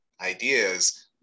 ideas